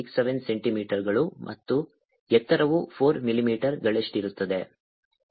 67 ಸೆಂಟಿಮೀಟರ್ಗಳು ಮತ್ತು ಎತ್ತರವು 4 ಮಿಲಿಮೀಟರ್ಗಳಷ್ಟಿರುತ್ತದೆ